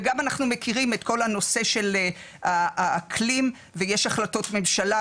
וגם אנחנו מכירים את כל הנושא של האקלים ויש החלטות ממשלה